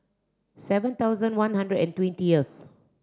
seven thousand one hundred and twentieth